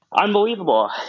unbelievable